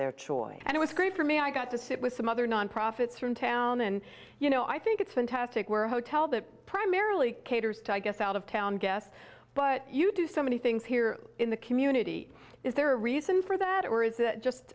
their choice and it was great for me i got to sit with some other non profits are in town and you know i think it's fantastic we're a hotel that primarily caters to i guess out of town guests but you do so many things here in the community is there a reason for that or is it just